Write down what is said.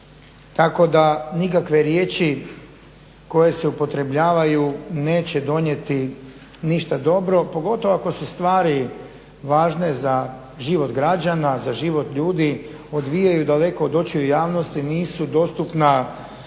Tako da nikakve riječi koje se upotrebljavaju neće donijeti ništa dobro, pogotovo ako se stvari važne za život građana, za život ljudi odvijaju daleko od očiju javnosti nisu dostupna